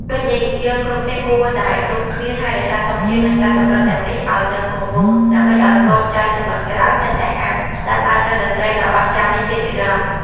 ដូចនេះ យើងគ្រប់គ្នាគួរតែរួមគ្នាថែរក្សាធម្មជាតិ និងសត្វចម្រុះទាំងនេះឱ្យនៅគង់វង្ស ដើម្បីឱ្យកូនចៅជំនាន់ក្រោយនៅតែអាចស្ដាប់បាននូវតន្ត្រីដ៏អស្ចារ្យនេះជានិរន្តរ៍។